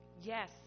Yes